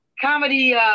comedy